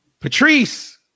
Patrice